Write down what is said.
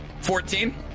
Fourteen